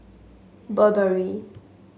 Burberry